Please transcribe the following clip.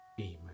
Amen